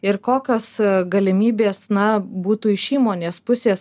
ir kokios galimybės na būtų iš įmonės pusės